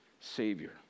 Savior